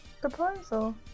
Proposal